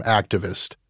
activist